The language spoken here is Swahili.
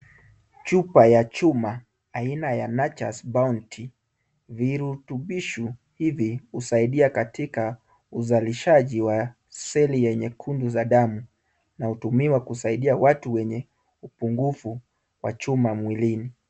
Chupa ya chuma aina ya Natures Bounty virutubishu hivi husaidia katika uzalishaji wa seli yenye kundu za damu. Na utumiwa kusaidia watu wenye upungufu wa chuma mwilini.